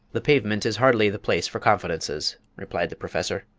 the pavement is hardly the place for confidences, replied the professor,